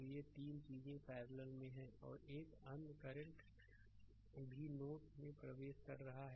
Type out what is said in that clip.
तो ये 3 चीजें पैरलल में हैं और एक अन्य करंट i 2 भी नोड में प्रवेश कर रहा है